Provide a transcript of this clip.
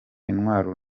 intwaro